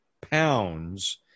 pounds